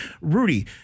Rudy